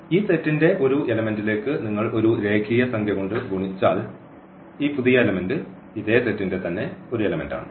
ഈ സെറ്റിന്റെ ഒരു എലമെന്റ്ലേക്ക് നിങ്ങൾ ഒരു രേഖീയ സംഖ്യ കൊണ്ട് ഗുണിച്ചാൽ ഈ പുതിയ എലമെന്റ് ഇതേ സെറ്റിന്റെ തന്നെ ഒരു എലമെന്റ് ആണ്